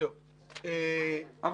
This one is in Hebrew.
אבל